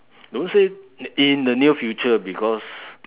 don't say in the near future because